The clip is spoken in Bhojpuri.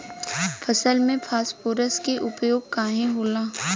फसल में फास्फोरस के उपयोग काहे होला?